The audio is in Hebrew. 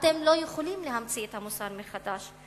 אתם לא יכולים להמציא את המוסר מחדש,